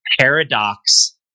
paradox